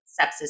sepsis